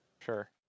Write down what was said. Sure